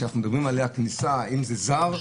שכניסה האם זה זר,